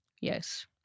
Yes